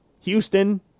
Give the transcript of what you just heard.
Houston